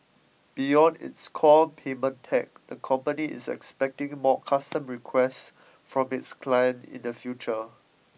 beyond its core payment tech the company is expecting more custom requests from its clients in the future